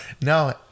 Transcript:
No